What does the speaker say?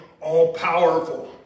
All-powerful